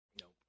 Nope